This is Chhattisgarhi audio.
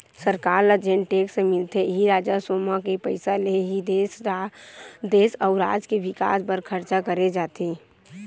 सरकार ल जेन टेक्स मिलथे इही राजस्व म के पइसा ले ही देस अउ राज के बिकास बर खरचा करे जाथे